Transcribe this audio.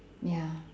ya